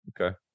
Okay